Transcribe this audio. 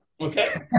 Okay